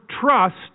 trust